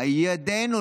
דדליין.